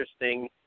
interesting –